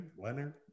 Leonard